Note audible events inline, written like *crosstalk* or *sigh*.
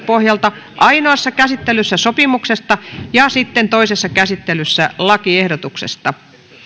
*unintelligible* pohjalta ainoassa käsittelyssä sopimuksesta ja sitten toisessa käsittelyssä lakiehdotuksesta